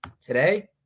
today